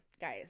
guys